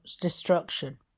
destruction